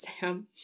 Sam